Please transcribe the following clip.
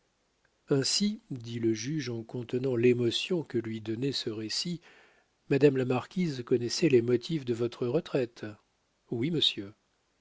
ainsi dit le juge en contenant l'émotion que lui donnait ce récit madame la marquise connaissait les motifs de votre retraite oui monsieur